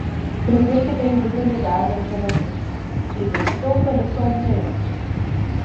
pripilkite į dubenį verdančio vandens įpilkite eukalipto aliejaus